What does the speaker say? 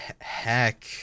heck